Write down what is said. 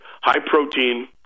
high-protein